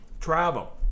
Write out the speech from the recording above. travel